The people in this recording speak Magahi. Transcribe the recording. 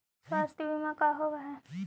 स्वास्थ्य बीमा का होव हइ?